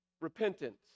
repentance